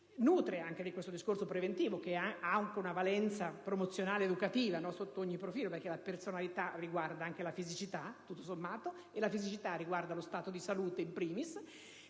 nutre anche di questo discorso preventivo che ha anche una valenza promozionale educativa sotto ogni profilo, perché la personalità riguarda anche la fisicità e la fisicità riguarda lo stato di salute *in primis*)